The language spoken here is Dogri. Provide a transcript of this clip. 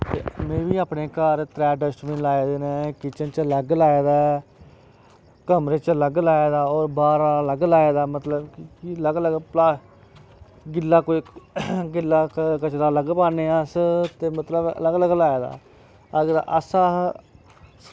में बी अपने घर त्रैऽ डस्टबिन लाये दे न किचन च अलग लाये दा कमरे च अलग लाये दा ओह् बाह्र आह्ला अलग लाये दा मतलब अलग अलग गिल्ला कोई गिल्ला कचरा अलग पाने अस ते मतलब अलग अलग लाये दा अगर अस